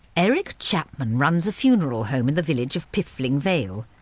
eric chapman runs a funeral home in the village of piffling vale.